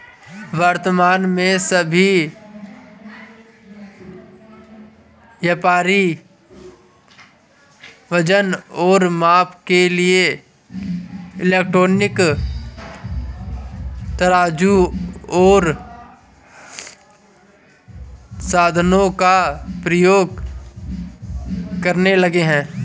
वर्तमान में सभी व्यापारी वजन और माप के लिए इलेक्ट्रॉनिक तराजू ओर साधनों का प्रयोग करने लगे हैं